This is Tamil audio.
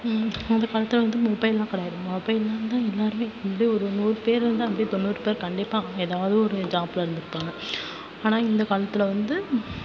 அந்த காலத்தில் வந்து மொபைல்லாம் கெடையாது மொபைல்லாம் தான் எல்லாருமே எப்படியும் ஒரு நூறு பேர் இருந்தால் எப்படியும் தொண்ணூறு பேர் கண்டிப்பாக எதாவது ஒரு ஜாப்ல இருந்திருப்பாங்க ஆனால் இந்த காலத்தில் வந்து